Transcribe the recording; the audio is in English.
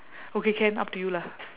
okay can up to you lah